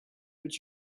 but